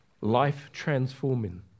Life-transforming